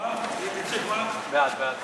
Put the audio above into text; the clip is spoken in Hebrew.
ההצעה להעביר את